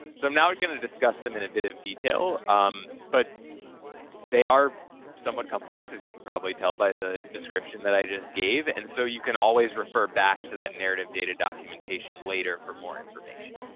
so i'm now going to discuss them in a bit of detail um but they are somewhat complex, as you can probably tell by the description that i just gave, and so you can always refer back to that narrative data documentation later for more information.